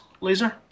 laser